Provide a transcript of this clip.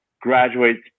graduates